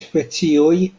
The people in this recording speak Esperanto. specioj